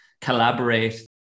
collaborate